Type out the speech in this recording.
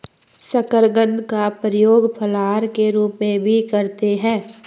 शकरकंद का प्रयोग फलाहार के रूप में भी करते हैं